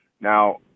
Now